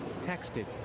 texted